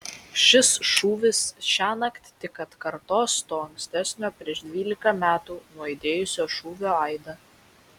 šis šūvis šiąnakt tik atkartos to ankstesnio prieš dvylika metų nuaidėjusio šūvio aidą